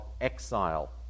exile